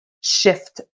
shift